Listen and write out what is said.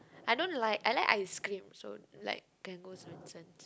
I don't like I like ice cream so like can go Swensen's